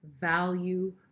value